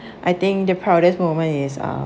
I think the proudest moment is uh